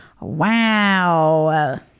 Wow